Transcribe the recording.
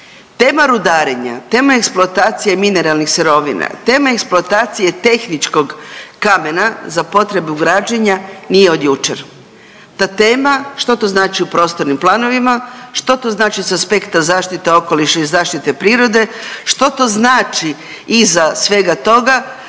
Tema rudarenja, tema eksploatacije mineralnih sirovina, tema eksploatacije tehničkog kamena za potrebu građenja nije od jučer. Ta tema, što to znači u prostornim planovima, što to znači s aspekta zaštite okoliša i zaštite prirode, što to znači iza svega toga